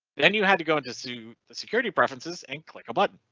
then you had to go into sue the security preferences and click a but